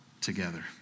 together